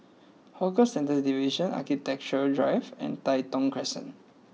Hawker Centres Division Architecture Drive and Tai Thong Crescent